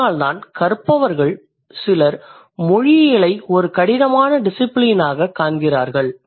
அதனால்தான் கற்பவர்கள் சிலர் மொழியியலை ஒரு கடினமான டிசிபிலினாகக் காண்கிறார்கள்